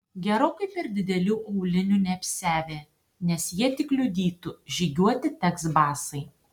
gerokai per didelių aulinių neapsiavė nes jie tik kliudytų žygiuoti teks basai